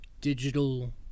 digital